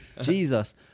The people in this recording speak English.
Jesus